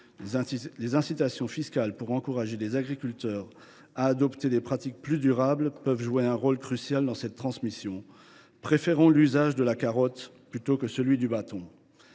Les incitations fiscales visant à encourager les agriculteurs à adopter de telles pratiques peuvent jouer un rôle crucial dans cette transition. Préférons l’usage de la carotte à celui du bâton